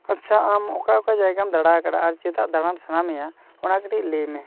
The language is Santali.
ᱟᱪᱪᱷᱟ ᱟᱢ ᱚᱠᱟ ᱚᱠᱟ ᱡᱟᱭᱜᱟᱢ ᱫᱟᱬᱟ ᱠᱟᱫᱟ ᱟᱨ ᱪᱮᱫᱟᱜ ᱫᱟᱬᱟᱱ ᱥᱟᱱᱟᱢᱮᱭᱟ ᱚᱱᱟ ᱠᱟᱹᱴᱤᱡ ᱞᱟᱹᱭ ᱢᱮ